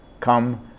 come